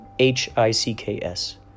H-I-C-K-S